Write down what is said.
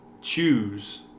choose